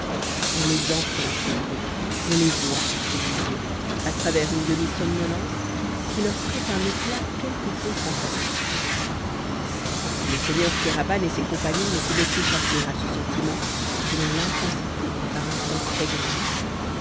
on les entend ces bruits on les voit ces visions à travers une demi somnolence qui leur prête un éclat quelque peu fantastique le seigneur kéraban et ses compagnons ne pouvaient échapper à ce sentiment dont l'intensité est par instant très grande